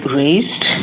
raised